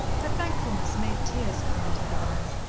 her thankfulness made tears come into her eyes,